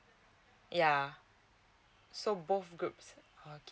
yeah so both groups uh